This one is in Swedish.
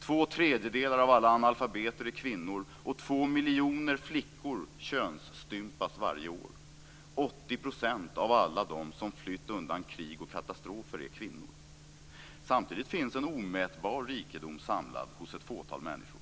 Två tredjedelar av alla analfabeter är kvinnor, och två miljoner flickor könsstympas varje år. 80 % av alla dem som flytt undan krig och katastrofer är kvinnor. Samtidigt finns en omätbar rikedom samlad hos ett fåtal människor.